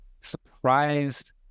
surprised